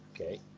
okay